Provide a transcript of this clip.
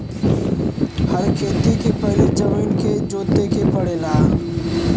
हर खेती के पहिले जमीन के जोते के पड़ला